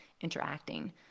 interacting